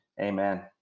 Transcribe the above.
Amen